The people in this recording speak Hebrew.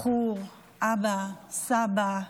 בחור, אבא, סבא,